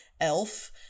Elf